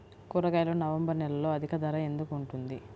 కూరగాయలు నవంబర్ నెలలో అధిక ధర ఎందుకు ఉంటుంది?